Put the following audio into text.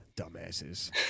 Dumbasses